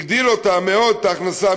הגדיל מאוד את ההכנסה,